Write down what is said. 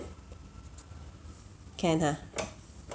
can ha